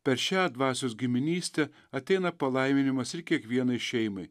per šią dvasios giminystę ateina palaiminimas ir kiekvienai šeimai